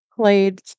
played